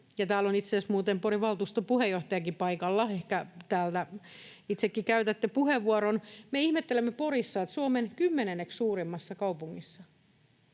täällä on itse asiassa muuten Porin valtuuston puheenjohtajakin paikalla — ehkä täällä itsekin käytätte puheenvuoron. Me ihmettelemme Porissa, että Suomen kymmenenneksi suurimmassa kaupungissa